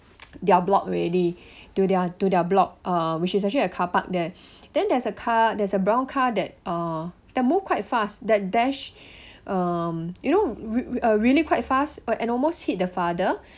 their block already to their to their block uh which is actually a car park there then there's a car there's a brown car that uh the move quite fast that dash um you know re~ uh really quite fast and almost hit the father